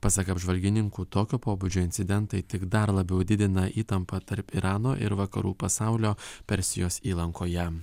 pasak apžvalgininkų tokio pobūdžio incidentai tik dar labiau didina įtampą tarp irano ir vakarų pasaulio persijos įlankoje